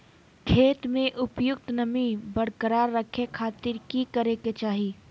खेत में उपयुक्त नमी बरकरार रखे खातिर की करे के चाही?